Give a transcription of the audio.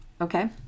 Okay